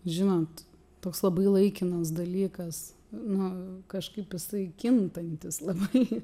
žinot toks labai laikinas dalykas nu kažkaip jisai kintantis labai